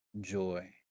joy